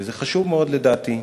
וזה חשוב מאוד לדעתי.